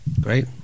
Great